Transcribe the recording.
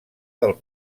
del